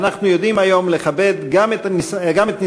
ואנחנו יודעים היום לכבד גם את ניסיון